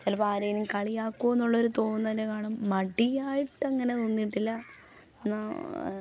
ചിലപ്പോൾ ആരേലും കളിയാക്കൊന്നുള്ളൊരു തോന്നൽ കാണും മടിയായിട്ട് അങ്ങനെ തോന്നിയിട്ടില്ല എന്നാ